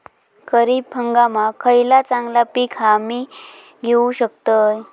खरीप हंगामाक खयला चांगला पीक हा जा मी घेऊ शकतय?